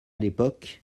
l’époque